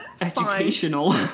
educational